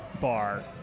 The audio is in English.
bar